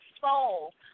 soul